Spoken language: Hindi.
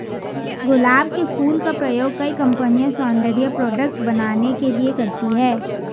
गुलाब के फूल का प्रयोग कई कंपनिया सौन्दर्य प्रोडेक्ट बनाने के लिए करती है